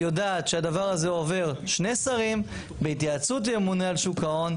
יודעת שהדבר הזה עובר שני שרים בהתייעצות עם הממונה על שוק ההון,